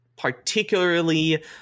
particularly